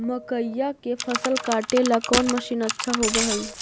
मकइया के फसल काटेला कौन मशीन अच्छा होव हई?